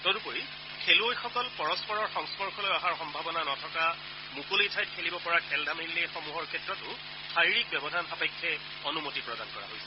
তদুপৰি খেলুৱৈসকল পৰস্পৰৰ সংস্পৰ্শলৈ অহাৰ সম্ভাৱনা নথকা মুকলি ঠাইত খেলিব পৰা খেল ধেমালিসমূহৰ ক্ষেত্ৰতো শাৰীৰিক ব্যৱধান সাপেক্ষে অনুমতি প্ৰদান কৰা হৈছে